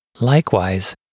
Likewise